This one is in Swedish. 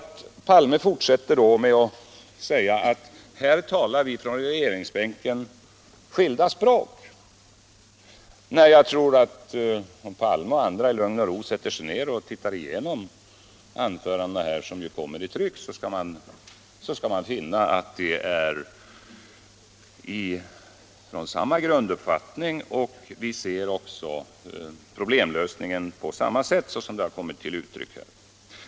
Herr Palme fortsätter med att påstå att vi talar skilda språk i regeringsbänken. Nej, jag tror att om herr Palme och andra i lugn och ro sätter sig ner och tittar igenom anförandena här, som ju kommer i tryck, skall de finna att vi har samma grunduppfattning och ser problemlösningen på samma sätt.